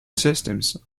systems